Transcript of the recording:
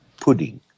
pudding